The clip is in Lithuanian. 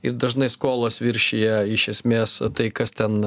ir dažnai skolos viršija iš esmės tai kas ten